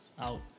Out